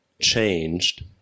changed